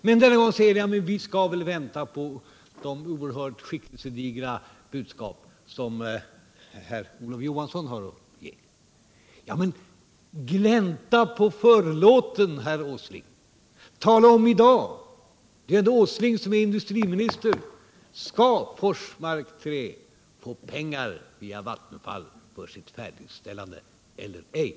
Men den här gången säger han: Vi skall väl vänta på det oerhört skickelsedigra budskap som herr Olof Johansson kan ge. Glänta på förlåten, herr Åsling! Tala om i dag! Det är ändå herr Åsling som är industriminister. Skall Forsmark 3 få pengar via Vattenfall för sitt färdigställande eller ej?